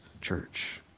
church